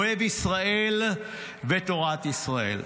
אוהב ישראל ותורת ישראל.